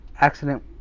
accident